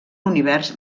univers